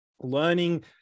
learning